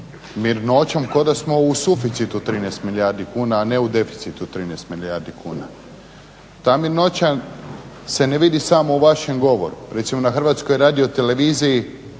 mirnoćom kao da smo u suficitu 13 milijardi kuna a ne u deficitu 13 milijardi kuna. ta mirnoća se ne vidi samo u vašem govoru, recimo na HRT-u ne možete vidjeti